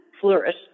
flourish